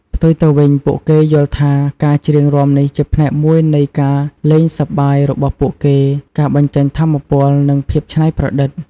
ផ្ទុយទៅវិញ ពួកគេយល់ថាការច្រៀងរាំនេះជាផ្នែកមួយនៃការលេងសប្បាយរបស់ពួកគេ ការបញ្ចេញថាមពល និងភាពច្នៃប្រឌិត។